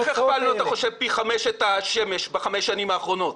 איך אתה חושב הכפלנו פי חמש את השמש בחמש השנים האחרונות?